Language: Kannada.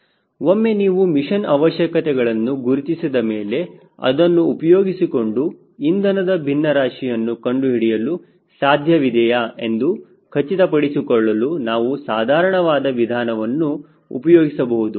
ಒಮ್ಮೆ ನೀವು ಮಿಷನ್ ಅವಶ್ಯಕತೆಗಳನ್ನು ಗುರುತಿಸಿದ ಮೇಲೆ ಅದನ್ನು ಉಪಯೋಗಿಸಿಕೊಂಡು ಇಂಧನದ ಭಿನ್ನರಾಶಿಯನ್ನು ಕಂಡುಹಿಡಿಯಲು ಸಾಧ್ಯವಿದೆಯಾ ಎಂದು ಖಚಿತಪಡಿಸಿಕೊಳ್ಳಲು ನಾವು ಸಾಧಾರಣವಾದ ವಿಧಾನವನ್ನು ಉಪಯೋಗಿಸಬಹುದು